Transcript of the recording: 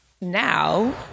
now